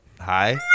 hi